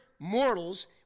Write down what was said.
Mortals